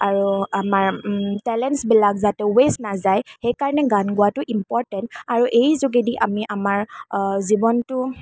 আৰু আমাৰ টেলেণ্টছ্বিলাক যাতে ৱেষ্ট নাযায় সেইকাৰণে গান গোৱাটো ইম্পৰটেণ্ট আৰু এই যোগেদি আমি আমাৰ জীৱনটো